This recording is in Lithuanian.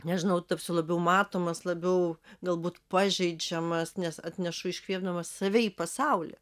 nežinau tapsiu labiau matomas labiau galbūt pažeidžiamas nes atnešu iškvėpdamas save į pasaulį